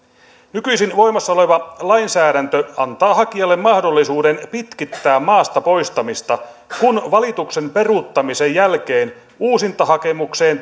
nykyisin voimassa oleva lainsäädäntö antaa hakijalle mahdollisuuden pitkittää maasta poistamista kun valituksen peruuttamisen jälkeen uusintahakemukseen